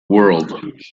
world